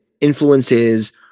influences